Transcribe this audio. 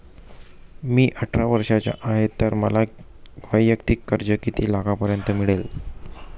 मी अठरा वर्षांचा आहे तर मला वैयक्तिक कर्ज किती लाखांपर्यंत मिळेल?